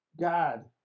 God